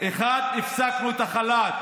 זה לא רציני.